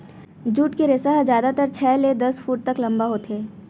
jute के रेसा ह जादातर छै ले दस फूट तक लंबा होथे